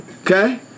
okay